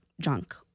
junk